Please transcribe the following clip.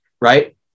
right